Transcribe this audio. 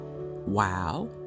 Wow